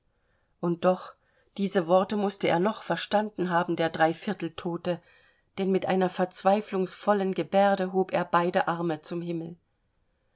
und doch diese worte mußte er noch verstanden haben der dreiviertel tote denn mit einer verzweiflungsvollen gebärde hob er beide arme zum himmel